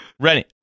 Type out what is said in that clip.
ready